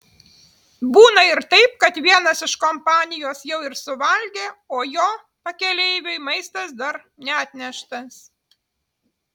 būna ir taip kad vienas iš kompanijos jau ir suvalgė o jo pakeleiviui maistas dar neatneštas